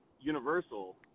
universal